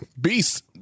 beast